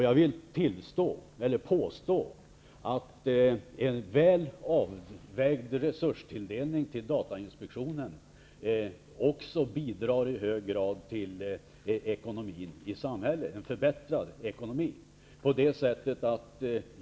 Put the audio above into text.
Jag vill påstå att en väl avvägd resurstilldelning till datainspektionen också i hög grad bidrar till en förbättring av ekonomin i samhället.